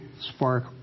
spark